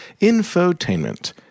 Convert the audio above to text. infotainment